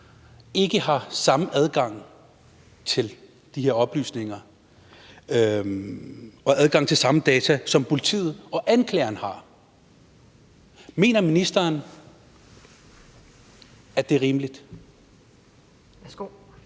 ikke har samme adgang til de her oplysninger og til samme data, som politiet og anklageren har. Mener ministeren, at det er rimeligt?